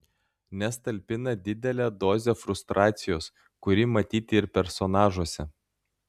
nes talpina didelę dozę frustracijos kuri matyti ir personažuose